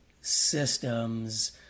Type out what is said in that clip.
systems